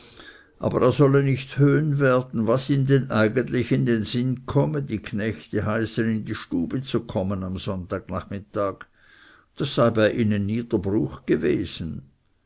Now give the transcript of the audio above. aber er solle nicht höhn werden was ihm denn eigentlich in sinn komme dknechte heißen in die stube zu kommen am sonntagnachmittag das sei bei ihnen nie dr bruch gewesen